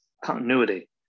continuity